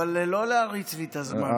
אבל עדיין לא להריץ לי את הזמן.